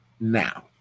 now